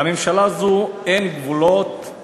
(אבקש מחסה באלוהים מפני השטן הארור.